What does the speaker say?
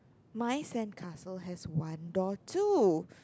my sandcastle has one door too